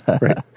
Right